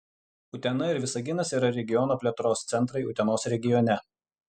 utena ir visaginas yra regiono plėtros centrai utenos regione